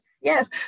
Yes